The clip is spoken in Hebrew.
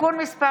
(תיקון מס'